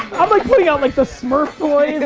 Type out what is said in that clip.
i'm like putting out like the smurf toys.